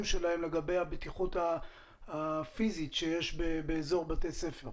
שלהן לגבי הבטיחות הפיזית שיש באזור בתי הספר.